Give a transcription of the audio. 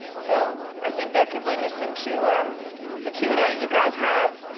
so i think that can bring us into the q and a. you guys have